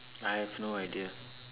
I have no idea